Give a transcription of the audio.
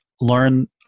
learn